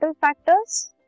factors